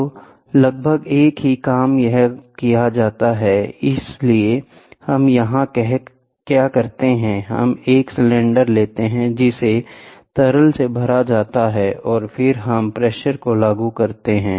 तो लगभग एक ही काम यहाँ किया जा सकता है इसलिए हम यहाँ क्या करते हैं हम एक सिलेंडर लेते हैं जिसे तरल से भरा जाता है और फिर हम प्रेशर को लागू करते है